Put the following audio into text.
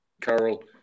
Carol